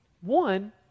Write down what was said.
one